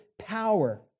power